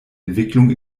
entwicklung